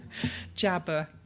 Jabba